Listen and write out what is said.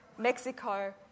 Mexico